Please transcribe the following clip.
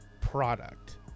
product